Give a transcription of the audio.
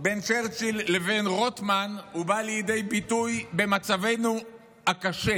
בין צ'רצ'יל לבין רוטמן בא לידי ביטוי במצבנו הקשה.